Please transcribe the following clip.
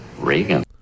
Reagan